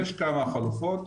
יש כמה חלופות,